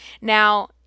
Now